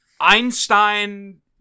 einstein